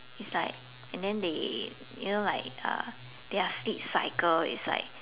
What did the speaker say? it's like and then they you know like uh their sleep cycle is like